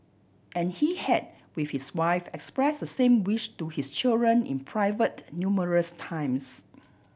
and he had with his wife express the same wish to his children in private numerous times